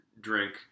drink